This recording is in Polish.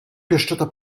pieszczota